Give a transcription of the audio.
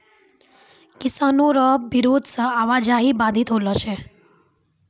किसानो रो बिरोध से आवाजाही बाधित होलो छै